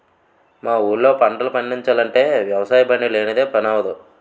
మా ఊళ్ళో పంటలు పండిచాలంటే వ్యవసాయబండి లేనిదే పని అవ్వదు